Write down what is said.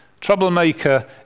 Troublemaker